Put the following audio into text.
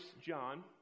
John